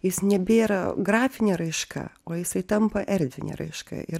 jis nebėra grafinė raiška o jisai tampa erdvine raiška ir